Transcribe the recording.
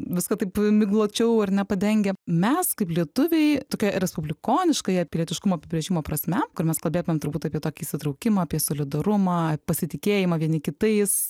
viską taip migločiau ar ne padengia mes kaip lietuviai tokia respublikoniškąja pilietiškumo apibrėžimo prasme kur mes kalbėtumėm turbūt apie tokį įsitraukimą apie solidarumą pasitikėjimą vieni kitais